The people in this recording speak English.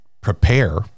prepare